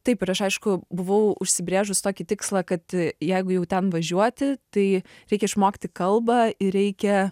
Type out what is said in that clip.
taip ir aš aišku buvau užsibrėžus tokį tikslą kad jeigu jau ten važiuoti tai reikia išmokti kalbą ir reikia